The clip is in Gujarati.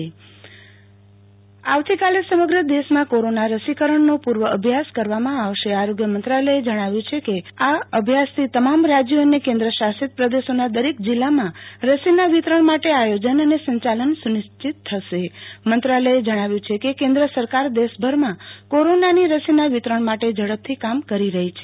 આરતી ભદ્દ દેશવ્યાપી રશીકરણ આવતીકાલે સમગ્ર દેશમાં કોરોના રસીકરણનો પૂ ર્વઅભ્યાસ કરવામાં આવશે આરોગ્ય મંત્રાલયે જણાવ્યું છે કે આ અભ્યાસથી તમામ રાજ્યો અને કેન્દ્ર શાસિત પ્રદેશોના દરેક જિલ્લામાં રસીના વિતરણ માટે આયોજન અને સં ચાલન સુ નિશ્ચિત થશે મંત્રાલયે જણાવ્યું છે કે કેન્દ્ર સરકાર દેશભરમાં કોરોનાની રસીના વિતરણ માટે ઝડપથી કામ કરી રહી છે